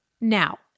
Now